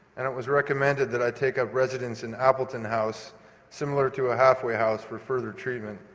and it was recommended that i take up residence in appleton house similar to a halfway house for further treatment.